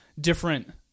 different